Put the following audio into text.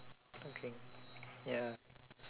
okay ya